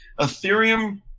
Ethereum